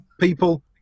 People